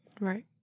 Right